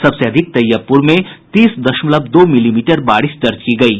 सबसे अधिक तैयबपुर में तीस दशमलव दो मिलीमीटर बारिश दर्ज की गयी